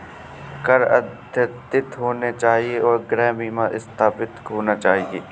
कर अद्यतित होने चाहिए और गृह बीमा सत्यापित होना चाहिए